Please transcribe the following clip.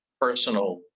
personal